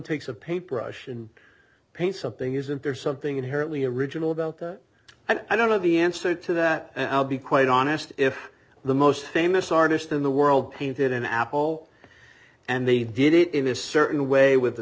takes a paper rush and paint something isn't there something inherently original about that i don't know the answer to that and i'll be quite honest if the most famous artist in the world painted an apple and they did it in a certain way with a